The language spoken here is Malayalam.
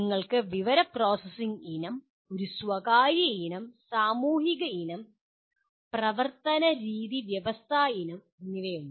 നിങ്ങൾക്ക് വിവര പ്രോസസ്സിംഗ് ഇനം ഒരു സ്വകാര്യ ഇനം സാമൂഹിക ഇനം പ്രവർത്തനരീതിവ്യവസ്ഥാ ഇനം എന്നിവയുണ്ട്